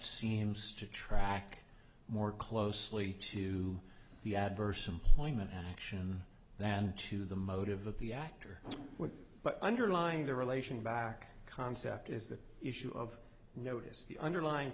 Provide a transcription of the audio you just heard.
seems to track more closely to the adverse employment action than to the motive of the act or what but underlying the relation back concept is the issue of notice the underlying